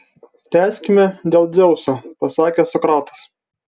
tęskime dėl dzeuso pasakė sokratas